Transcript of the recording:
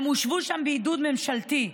הם הושבו שם בעידוד ממשלתי.